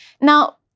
Now